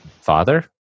father